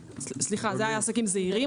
סליחה, זה היה עסקים זעירים.